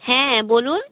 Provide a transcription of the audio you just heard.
হ্যাঁ বলুন